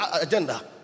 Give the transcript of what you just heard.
agenda